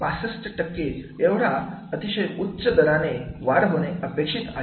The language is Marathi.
65 टक्के एवढा अतिशय उच्च दराने वाढ अपेक्षित आहे